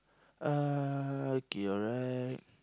uh okay alright